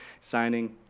signing